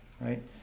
Right